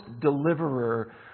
deliverer